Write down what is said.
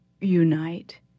unite